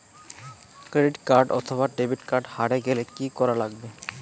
Credit card অথবা debit card হারে গেলে কি করা লাগবে?